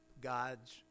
God's